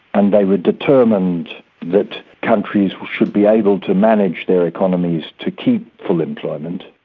and they were determined that countries should be able to manage their economies to keep full employment,